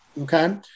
Okay